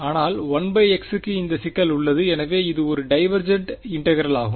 ஆனால் 1x க்கு இந்த சிக்கல் உள்ளது எனவே இது ஒரு டைவெர்ஜெண்ட் இன்டெக்ரெலாகும்